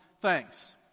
Thanks